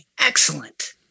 excellent